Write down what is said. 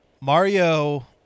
Mario